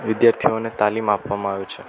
વિદ્યાર્થીઓને તાલીમ આપવામાં આવે છે